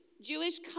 Jewish